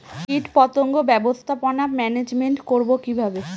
কীটপতঙ্গ ব্যবস্থাপনা ম্যানেজমেন্ট করব কিভাবে?